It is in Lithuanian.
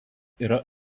yra